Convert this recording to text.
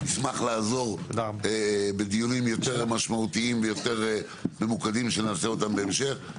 נשמח לעזור בדיונים יותר משמעותיים ויותר ממוקדים שנעשה אותם בהמשך.